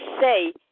say